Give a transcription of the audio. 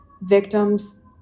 victims